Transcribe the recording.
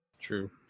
True